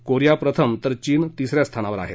Korea प्रथम तर चीन तिसऱ्या स्थानावर आहेत